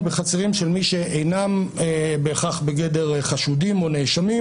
בחצרים של מי שאינם בהכרח בגדר חשודים או נאשמים